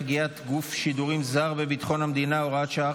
פגיעת גוף שידורים זר בביטחון המדינה (הוראת שעה,